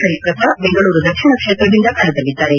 ಹರಿಪ್ರಸಾದ್ ಬೆಂಗಳೂರು ದಕ್ಷಿಣ ಕ್ಷೇತ್ರದಿಂದ ಕಣದಲ್ಲಿದ್ದಾರೆ